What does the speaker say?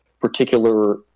particular